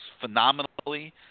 phenomenally